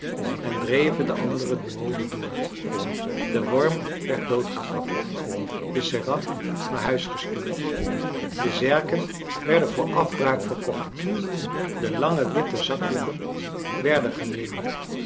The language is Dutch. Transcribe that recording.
en dreven de andere mode door de worm werd doodgetrapt de seraf naar huis gestuurd de zerken werden voor afbraak verkocht de lange witte zakdoeken werden gemeen